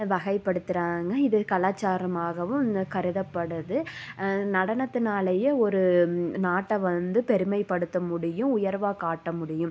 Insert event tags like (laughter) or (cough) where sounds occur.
வகைப்படுத்துகிறாங்க இது கலாச்சாரமாகவும் (unintelligible) கருதப்படுது நடனத்தினாலையே ஒரு நாட்டை வந்து பெருமைப்படுத்த முடியும் உயர்வாக காட்ட முடியும்